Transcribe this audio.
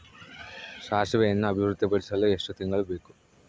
ಸಾಸಿವೆಯನ್ನು ಅಭಿವೃದ್ಧಿಪಡಿಸಲು ಎಷ್ಟು ತಿಂಗಳು ಬೇಕು?